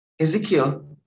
Ezekiel